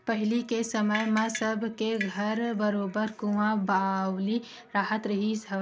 पहिली के समे म सब के घर म बरोबर कुँआ बावली राहत रिहिस हवय